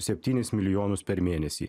septynis milijonus per mėnesį